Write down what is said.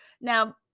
Now